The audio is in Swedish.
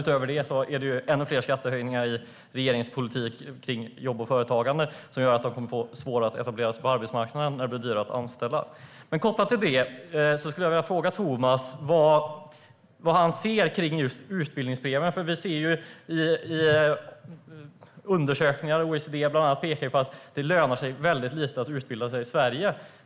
Utöver detta föreslås ännu fler skattehöjningar i regeringens politik för jobb och företagande som kommer att göra det svårare att etablera sig på arbetsmarknaden eftersom det blir dyrare att anställa. Vad ser Thomas Strand i utbildningspremierna? Undersökningar från bland annat OECD pekar på att det inte lönar sig att utbilda sig i Sverige.